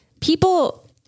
people